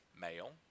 male